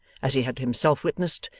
as he had himself witnessed,